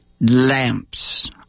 Lamps